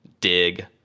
dig